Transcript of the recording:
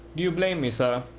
do you blame me, sir?